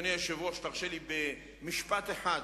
אדוני היושב ראש, תרשה לי במשפט אחד,